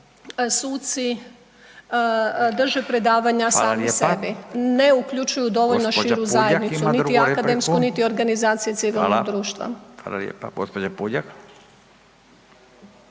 hvala lijepa. Hvala. Hvala.